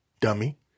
Dummy